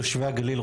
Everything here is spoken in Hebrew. תושבי הגליל,